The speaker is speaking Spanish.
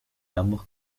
ambos